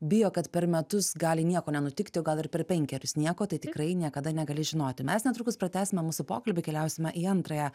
bijo kad per metus gali nieko nenutikti gal ir per penkerius nieko tai tikrai niekada negali žinoti mes netrukus pratęsime mūsų pokalbį keliausime į antrąją